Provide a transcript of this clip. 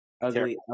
ugly